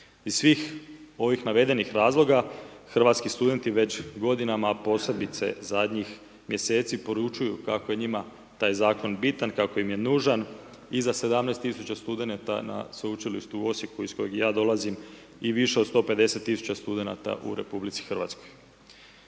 Iz svih navedenih razloga, hrvatski studenti već godinama, posebice zadnjih mjeseci, poručuju kako je njima taj zakon bitan, kako im je nužan, iza 17 tisuća studenta na Sveučilištu u Osijeku iz kojeg ja dolazim više od 150 tisuća studenata u RH.